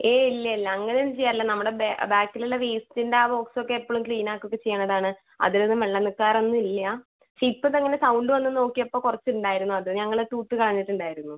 ഏയ് ഇല്ല ഇല്ല അങ്ങനെ ഒന്നും ചെയ്യാറില്ല നമ്മുടെ ബാക്കിൽ ഇള്ള ആ ബോക്സ് ഒക്കെ എപ്പോഴും ക്ലീൻ ആക്കൊക്കെ ചെയ്യണതാണ് അതിൽ ഒന്നും വെള്ളം നിൽക്കാറൊന്നും ഇല്ല പക്ഷെ ഇപ്പം അത് എങ്ങനെ സൗണ്ട് വന്നീന്ന് നോക്കിയപ്പം കുറച്ച് ഉണ്ടായിരുന്നു അത് ഞങ്ങൾ തൂത്ത് കളഞ്ഞിട്ട് ഉണ്ടായിരുന്നു